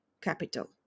capital